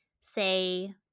say